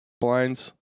blinds